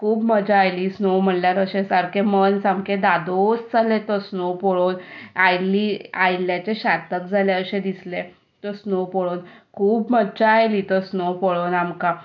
खूब मज्जा आयली स्नो म्हणल्यार अशें सामकें धादोस जालें तो स्नो पळोवन आयिल्ल्याचे सार्थक जालें अशें दिसलें तो स्नो पळोवन खूब मज्जा आयली तो स्नो पळोवन आमकां